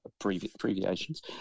abbreviations